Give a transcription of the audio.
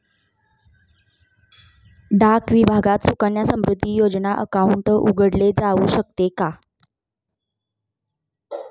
डाक विभागात सुकन्या समृद्धी योजना अकाउंट उघडले जाऊ शकते का?